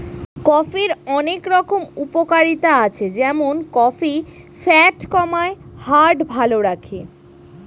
কফির অনেক রকম উপকারিতা আছে যেমন কফি ফ্যাট কমায়, হার্ট ভালো রাখে